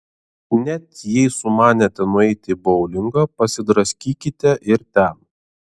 net jei sumanėte nueiti į boulingą pasidraskykite ir ten